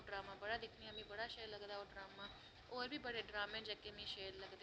ते में ओह् ड्रामा बड़ा दिक्खनी आं ते मिगी बड़ा सैल लगदा ओह् ड्रामा होर बी बड़े ड्रामे ऐं जेह्के मिगी शैल लगदे